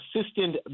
assistant